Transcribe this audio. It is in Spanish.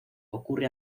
ocurre